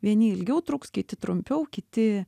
vieni ilgiau truks kiti trumpiau kiti